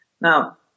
Now